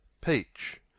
Peach